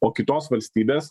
o kitos valstybės